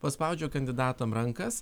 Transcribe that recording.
paspaudžiu kandidatam rankas